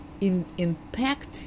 impact